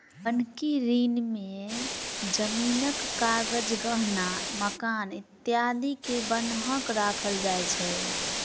बन्हकी ऋण में जमीनक कागज, गहना, मकान इत्यादि के बन्हक राखल जाय छै